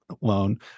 loan